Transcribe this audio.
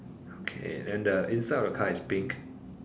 okay then the inside of the car is pink